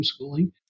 homeschooling